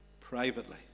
Privately